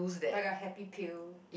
like a happy pill